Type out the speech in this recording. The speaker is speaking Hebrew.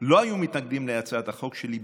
לא היו מתנגדים להצעת החוק שלי,